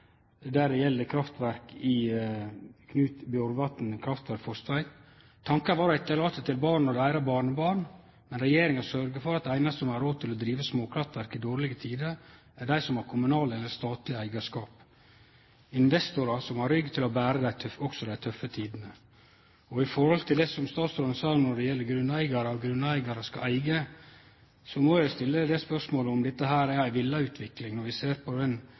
Knut Bjorvatn, som eigde Fosstveit kraft: «Tanken var å etterlate noe til barnebarna og deres barnebarn. Men regjeringa sørger for at de eneste som har råd til å drive småkraftverk i dårlige tider, er de som har kommunalt eller statlig eierskap – investorer som har rygg til også å bære de tøffe tidene.» Til det statsråden sa om at grunneigarar skal eige, må vi stille spørsmål om dette er ei vilja utvikling når vi ser på